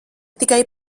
tikai